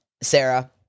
Sarah